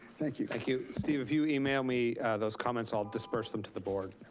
thank you. thank you, steve if you email me those comments, i'll disperse them to the board.